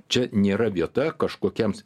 čia nėra vieta kažkokiems